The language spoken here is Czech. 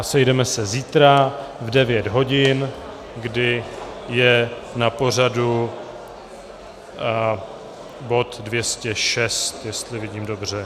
Sejdeme se zítra v 9 hodin, kdy je na pořadu bod 206, jestli vidím dobře.